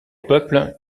peuple